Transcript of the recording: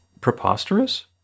preposterous